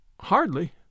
Hardly